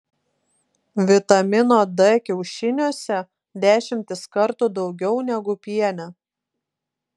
vitamino d kiaušiniuose dešimtis kartų daugiau negu piene